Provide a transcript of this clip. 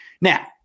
Now